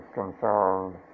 concerned